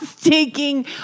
taking